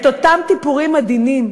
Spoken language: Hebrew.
את אותם תיפורים עדינים